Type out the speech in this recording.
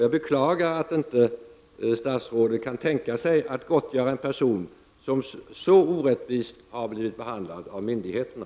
Jag beklagar att statsrådet inte kan tänka sig att gottgöra en person som har blivit så orättvist behandlad av myndigheterna.